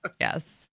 yes